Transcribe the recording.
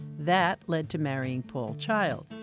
that led to marrying paul child.